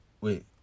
Wait